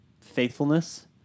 faithfulness